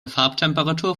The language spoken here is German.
farbtemperatur